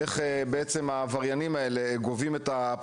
על האופן בו אותם עבריינים גובים את ה-